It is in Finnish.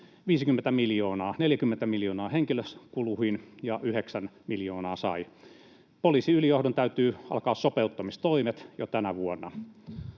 50 miljoonaa — 40 miljoonaa henkilökuluihin — ja 9 miljoonaa sai. Poliisiylijohdon täytyy alkaa sopeuttamistoimet jo tänä vuonna,